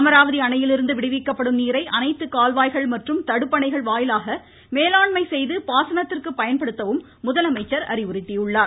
அமராவதி அணையிலிருந்து விடுவிக்கப்படும் நீரை அனைத்து கால்வாய்கள் மற்றும் தடுப்பணைகள் வாயிலாக மேலாண்மை செய்து பாசனத்திற்கு பயன்படுத்தவும் முதலமைச்சர் அறிவுறுத்தியுள்ளார்